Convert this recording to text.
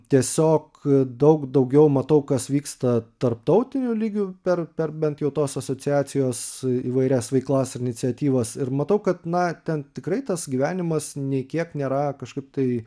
tiesiog daug daugiau matau kas vyksta tarptautiniu lygiu per per bent jau tos asociacijos įvairias veiklas ir iniciatyvas ir matau kad na ten tikrai tas gyvenimas nei kiek nėra kažkaip tai